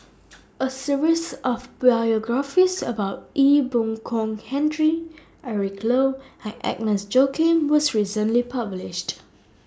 A series of biographies about Ee Boon Kong Henry Eric Low and Agnes Joaquim was recently published